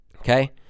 Okay